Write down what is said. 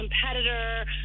competitor